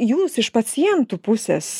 jūs iš pacientų pusės